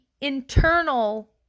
internal